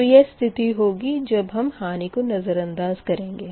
तो यह स्थिति होगी जब हम हानि को नज़रअंदाज़ करेंगे